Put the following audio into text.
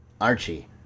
Archie